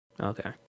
Okay